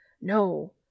No